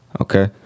okay